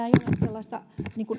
ei ole sellaista